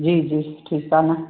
जी जी ठीकु आहे न